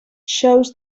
shows